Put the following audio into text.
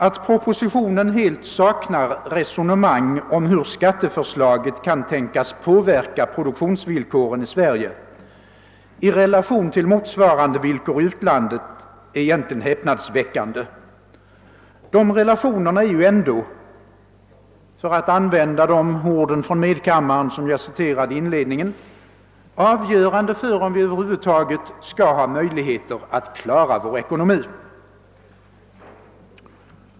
Att propositionen helt saknar resonemang om hur skatteförslaget kan tänkas påverka produktionsvillkoren i Sverige i relation till motsvarande villkor i utlandet är egentligen häpnadsväckande. De relationerna är ju ändå, för att använda de ord från medkammaren som jag inledningsvis citerade, avgörande för om vi över huvud taget skall ha möjligheter att klara vår ekonomi.